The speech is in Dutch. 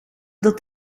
dat